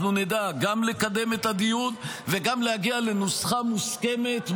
אנחנו נדע גם לקדם את הדיון וגם להגיע לנוסחה מוסכמת,